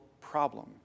problem